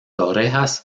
orejas